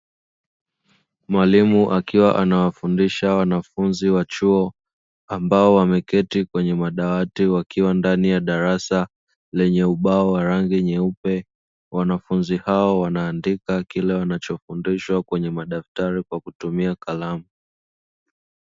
Mwalimu anafundisha wanafunzi wa chuo kikuu, ambao wameketi ndani ya darasa lenye ubao wa rangi nyeupe. Wanafunzi hao wanaandika kila wanachofundishwa kwenye madaftari, kwa kutumia kalamu.